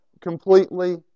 completely